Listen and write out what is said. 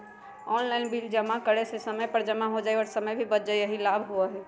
Online bill जमा करे से समय पर जमा हो जतई और समय भी बच जाहई यही लाभ होहई?